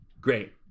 great